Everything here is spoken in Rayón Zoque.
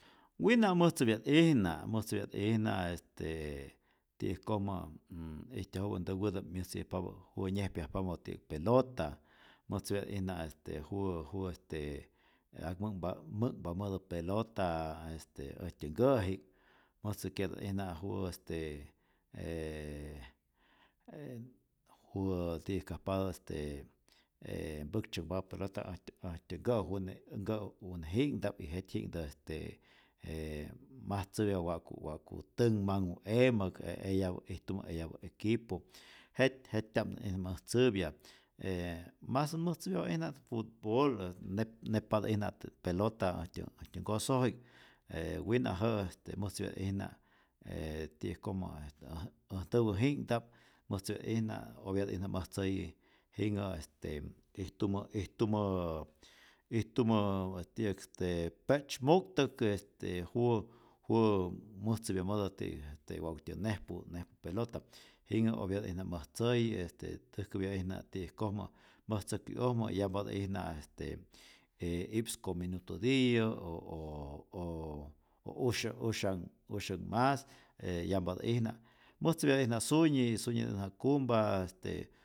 Wina' mäjtzäpya't'ijna, mäjtzäpya't'ijna este ti'yäjkojmä ijtyajupä ntäwäta'p mäjtzäyäjpapä juwä nyejpyajpamä ti'yäk pelota, mäjtzäpya't'ijna este juwä juwä este ak mä'kpa mä'kpamätä pelota este äjtyä nhkä'ji'k, mäjtzäkye'ta't'ijna juwä este ee e juwä ti'yäjkajpatät me päktzyonhpatä pelota äjtyä äjtyä nkä'une nka'uneji'knhta'p y jetyji'knhtä este je majtzäpya wa'ku wa'ku tänhmanhu emäk, eyapä ijtumä eyapä equipo, jet jet'tya'mä't ij mäjtzäpya e mas mäjtzäpyapä't'ijna futbol, nep nepatä'ijna pelota äjtyä nkosoji'k e wina jä'ä mäjtzäpya't'ijna e ti'yäjkojmä je äj äj ntäwäji'knhta'p mäjtzäpya't'ijna, opyatä'ijna mäjtzäyi jinhä este ijtumä ijtumä ijtumä ti'yäk este pe'tzymu'ktäk este juwä juwä mäjtzäpyamätät ti'yäk wa'kutyä nejpu nejpu pelota, jinhä opyatä'ijna mäjtzäyi, este täjkäpya't'ijna mäjtzäkyu'ojmä yampatä'ijna este e i'ps ko minuto tiyä, o o o usyan usyänh mas yanhpatä'ijna, mätzäpyatä'ijna sunyi, syunyitä'ijna kumpa, este